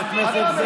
חבר הכנסת,